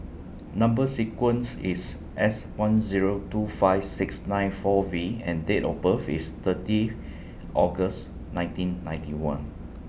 Number sequence IS S one Zero two five six nine four V and Date of birth IS thirty August nineteen ninety one